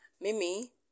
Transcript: Mimi